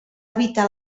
evitar